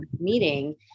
meeting